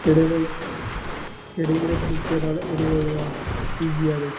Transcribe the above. ਕਿਹੜੇ ਬਾਈ ਕਿਹੜੇ ਕਿਹੜੇ ਫਰਨੀਚਰ ਵਾਲੇ ਉਰੇ ਉਹ ਆ ਪੀਜੀ ਵਾਲੇ